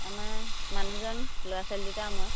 আমাৰ মানুহজন ল'ৰা ছোৱালী দুটা মই